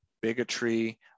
bigotry